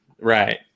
right